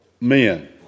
men